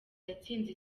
yatsinze